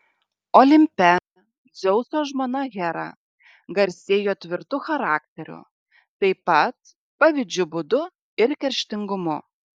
olimpe dzeuso žmona hera garsėjo tvirtu charakteriu taip pat pavydžiu būdu ir kerštingumu